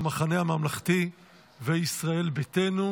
המחנה הממלכתי וישראל ביתנו.